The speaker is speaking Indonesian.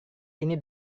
ini